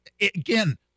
again